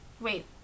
Wait